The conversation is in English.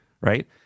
right